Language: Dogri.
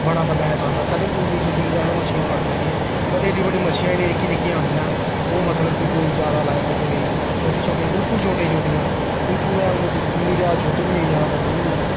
बड़ा बड्डा ऐह्सास ऐ कदें जिन्दगी च अस मच्छियां फड़दे हे कदें एड्डी बड्डी मच्छी निं आई निक्कियां निक्कियां आनियां ओह् मतलब कि कोई जादा लाई लैओ कि इ'यां छोटी छोटियां बिलकुल छोटी छोटियां बिल्कुल इन्नी जादा छोटी बी नेईं इन्नी जादा बड्डी बी नेईं